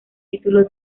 título